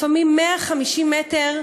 לפעמים יש מרחק של 150 מטרים,